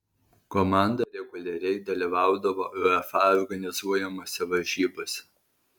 komanda reguliariai dalyvaudavo uefa organizuojamose varžybose